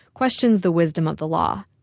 questions the wisdom of the law.